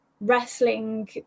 wrestling